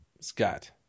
Scott